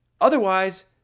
Otherwise